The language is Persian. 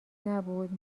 نبود